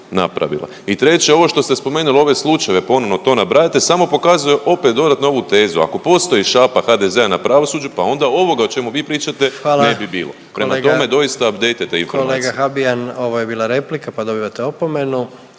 I treće ovo što ste spomenuli ove slučajeve ponovno to nabrajate samo pokazuje opet dodatno ovu tezu, ako postoji šapa HDZ-a na pravosuđe pa onda ovoga o čemu vi pričate ne bi bilo. …/Upadica predsjednik: Hvala, kolega./… Prema tome doista update